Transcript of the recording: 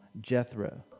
Jethro